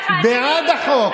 זה הזמן שתצביע בעד חוק האזרחות.